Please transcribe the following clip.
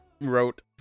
wrote